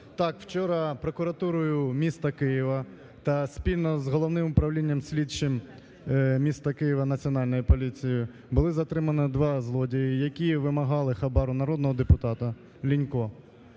Так, вчора прокуратурою міста Києва та спільно з Головним управлінням слідчим міста Києва Національної поліції були затримані два злодії, які вимагали хабар у народного депутата Лінька.